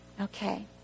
okay